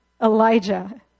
Elijah